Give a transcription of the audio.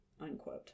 Unquote